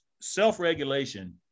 self-regulation